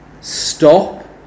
stop